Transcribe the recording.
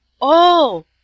Oh